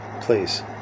Please